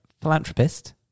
philanthropist